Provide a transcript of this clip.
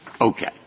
Okay